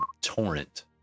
Torrent